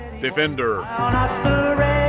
defender